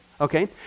okay